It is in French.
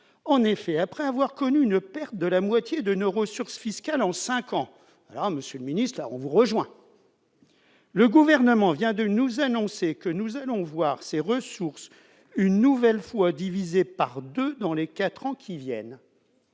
En effet, après avoir connu une perte de la moitié de nos ressources fiscales en cinq ans- là, on vous rejoint, monsieur le ministre -, le Gouvernement vient de nous annoncer que nous allons voir ces ressources une nouvelle fois divisées par deux dans les quatre ans qui viennent.